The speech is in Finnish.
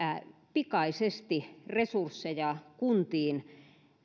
pikaisesti resursseja kuntiin